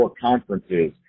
conferences